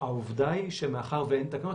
העובדה היא שמאחר ואין תקנות,